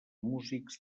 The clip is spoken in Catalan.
músics